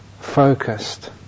focused